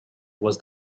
was